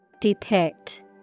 Depict